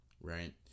right